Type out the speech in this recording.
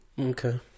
Okay